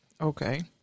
Okay